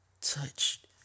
touched